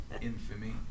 infamy